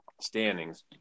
standings